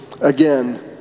again